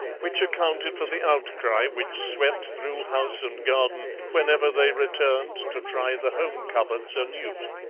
which accounted for the outcry which swept through house and garden whenever they returned to try the home coverts anew.